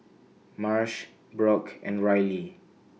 Marsh Brock and Riley